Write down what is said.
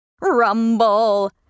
rumble